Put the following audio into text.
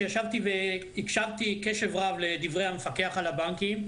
שישבתי והקשבתי קשב רב לדברי המפקח על הבנקים,